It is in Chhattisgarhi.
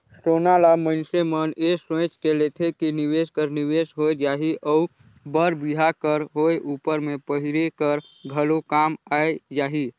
सोना ल मइनसे मन ए सोंएच के लेथे कि निवेस कर निवेस होए जाही अउ बर बिहा कर होए उपर में पहिरे कर घलो काम आए जाही